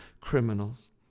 criminals